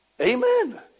Amen